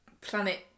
planet